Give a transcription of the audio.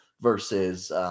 versus